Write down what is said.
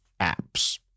apps